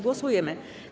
Głosujemy.